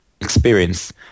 experience